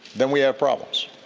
then we have problems.